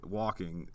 walking